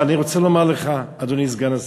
אבל אני רוצה להגיד לך, אדוני סגן השר,